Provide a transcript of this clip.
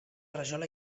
rajola